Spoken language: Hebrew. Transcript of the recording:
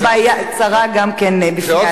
זאת צרה בפני עצמה.